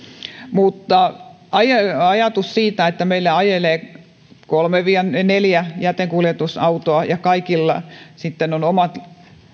mutta ajatus siitä että meillä ajelee kolme viiva neljä jätekuljetusautoa ja kaikilla on omat